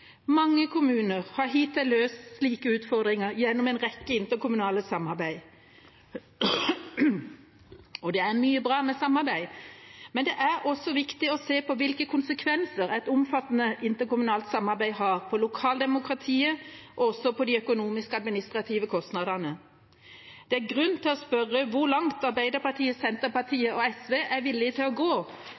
Mange kommuner har hittil løst slike utfordringer gjennom en rekke interkommunale samarbeid. Det er mye bra med samarbeid, men det er også viktig å se på hvilke konsekvenser et omfattende interkommunalt samarbeid har for lokaldemokratiet og for de økonomiske og administrative kostnadene. Det er grunn til å spørre hvor langt Arbeiderpartiet, Senterpartiet og SV er villig til å gå